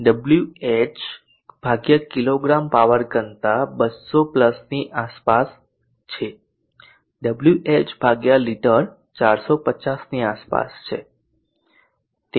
W H કિગ્રા power ઘનતા 200 ની આસપાસ છે ડબલ્યુએચ લિટર 450 ની આસપાસ છે